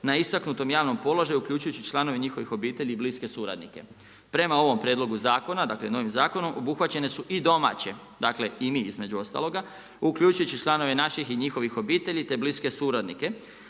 na istaknutom javnom položaju uključujući i članove njihovih obitelji i bliske suradnike. Prema ovom prijedlogu zakona, dakle novim zakonom obuhvaćene su i domaće, dakle i mi između ostaloga, uključujući i članove naših i njihovih obitelji, te bliske suradnike